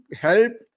help